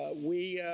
ah we, ah,